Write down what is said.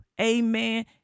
Amen